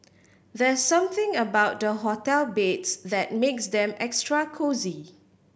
there's something about the hotel beds that makes them extra cosy